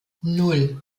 nan